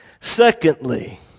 Secondly